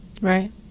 right